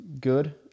good